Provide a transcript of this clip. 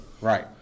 Right